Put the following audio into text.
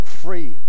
free